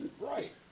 Right